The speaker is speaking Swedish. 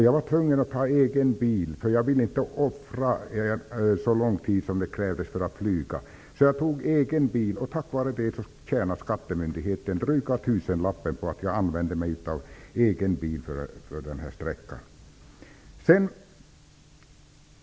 Jag var tvungen att ta egen bil eftersom jag inte ville offra så lång tid som det krävdes för att flyga. Skattemyndigheten tjänade dryga tusenlappen tack vare att jag använde mig av egen bil för att åka den här sträckan.